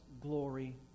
glory